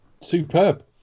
superb